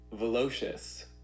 Velocious